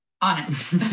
honest